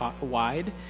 wide